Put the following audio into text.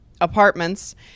apartments